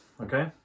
okay